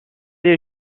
est